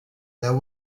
there